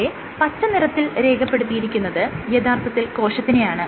ഇവിടെ പച്ച നിറത്തിൽ രേഖപ്പെടുത്തിയിരിക്കുന്നത് യഥാർത്ഥത്തിൽ കോശത്തിനെയാണ്